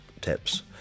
tips